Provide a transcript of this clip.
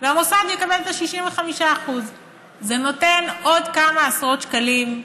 והמוסד יקבל 65%. זה נותן עוד כמה עשרות שקלים,